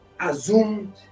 assumed